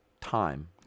time